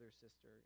sister